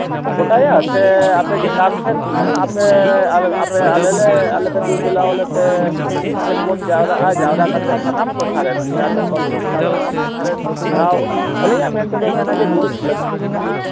ᱜᱚᱴᱟᱭᱟ ᱥᱮ ᱟᱯᱮ ᱪᱮᱛᱟᱱ ᱥᱮᱠᱷᱟᱱ ᱟᱯᱮ ᱟᱞᱮ ᱞᱮ ᱟᱯᱮ ᱟᱞᱮ ᱯᱮ ᱫᱩ ᱫᱮᱞᱟᱣᱟᱞᱮ ᱛᱮ ᱢᱤᱫ ᱴᱷᱮᱱ ᱵᱚᱱ ᱡᱟᱣᱨᱟᱜᱼᱟ ᱡᱟᱣᱨᱟ ᱠᱟᱛᱮ ᱟᱱᱟᱢ ᱴᱚᱴᱷᱟ ᱨᱮᱱ ᱵᱤᱦᱟᱨ ᱵᱮᱝᱜᱚᱞ ᱚᱲᱤᱥᱥᱟ ᱥᱟᱱᱟᱢ ᱴᱚᱴᱷᱟ ᱨᱮᱱ ᱢᱤᱫ ᱫᱷᱟᱣ ᱟᱞᱤᱧᱟᱹᱜ ᱢᱮᱱᱛᱮᱫᱚᱭ ᱢᱮᱱᱟ ᱡᱮ ᱫᱩᱲᱩᱵᱽ ᱞᱟᱹᱠᱛᱤ ᱢᱮᱱᱟᱜᱼᱟ